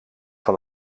van